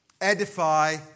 edify